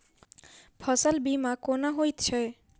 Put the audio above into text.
फसल बीमा कोना होइत छै?